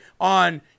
on